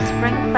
Spring